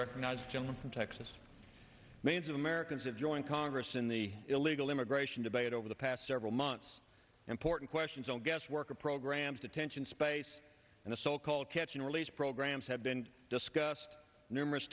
recognizes jim from texas millions of americans have joined congress in the illegal immigration debate over the past several months important questions on guest worker programs detention space and the so called catch and release programs have been discussed numerous